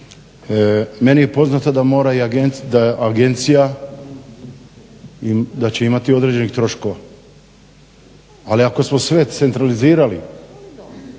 Meni je poznato da mora i Agencija i da će imati određenih troškova ali ako smo sve centralizirali,